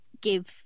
give